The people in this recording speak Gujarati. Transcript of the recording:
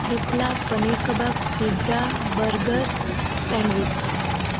થેપલાં પનીર કબાબ પિત્ઝા બર્ગર સેન્ડવીચ